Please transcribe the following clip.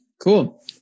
Cool